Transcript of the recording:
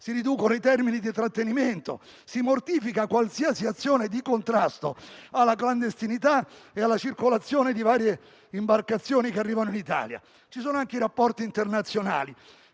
Si riducono i termini di trattenimento; si mortifica qualsiasi azione di contrasto alla clandestinità e alla circolazione di varie imbarcazioni che arrivano in Italia. Ci sono anche i rapporti internazionali.